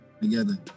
together